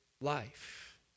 life